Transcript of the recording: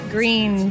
Green